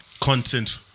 content